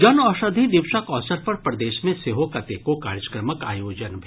जन औषधि दिवसक अवसर पर प्रदेश मे सेहो कतेको कार्यक्रमक आयोजन भेल